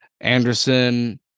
Anderson